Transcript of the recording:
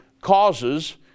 causes